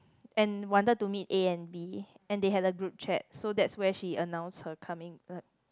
and wanted to meet A and B and they had a group chat so that's where she announced her coming what